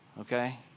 Okay